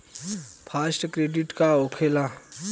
Fast credit का होखेला?